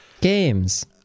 Games